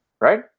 Right